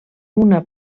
una